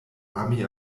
ami